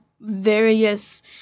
various